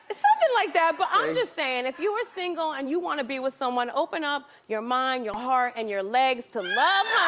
something like that. but i'm just saying, if you are single and you wanna be with someone, open up your mind, your heart, and your legs to love,